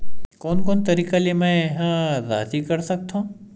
कोन कोन तरीका ले मै ह राशि कर सकथव?